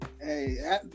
Hey